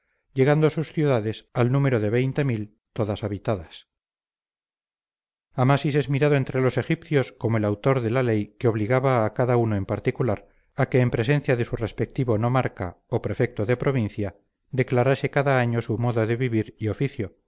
llegando sus ciudades al número de todas habitadas amasis es mirado entre los egipcios como el autor de la ley que obligaba a cada uno en particular a que en presencia de su respectivo nomarca o prefecto de provincia declarase cada año su modo de vivir y oficio